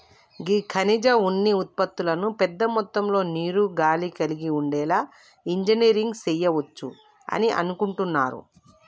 గీ ఖనిజ ఉన్ని ఉత్పతులను పెద్ద మొత్తంలో నీరు, గాలి కలిగి ఉండేలా ఇంజనీరింగ్ సెయవచ్చు అని అనుకుంటున్నారు